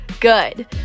good